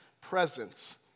presence